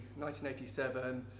1987